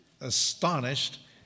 astonished